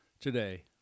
today